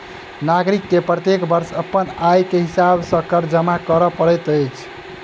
नागरिक के प्रत्येक वर्ष अपन आय के हिसाब सॅ कर जमा कर पड़ैत अछि